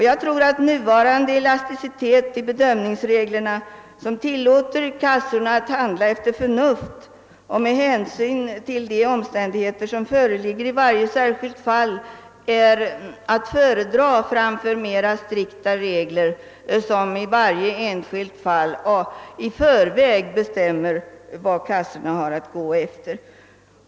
Jag tror att den nuvarande elasticiteten i bedömningsreglerna, vilken tilllåter kassorna att handla efter förnuft och med hänsyn till de omständigheter som föreligger i varje särskilt fall, är att föredra framför mera strikta regler, som för varje enskilt fall i för väg bestämmer vad kassorna har att gå efter.